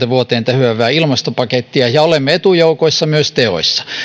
vuoteen kaksituhattakolmekymmentä tähyävää ilmastopakettia olemme etujoukoissa myös teoissa